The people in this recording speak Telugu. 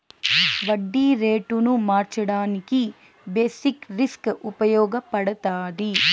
వడ్డీ రేటును మార్చడానికి బేసిక్ రిస్క్ ఉపయగపడతాది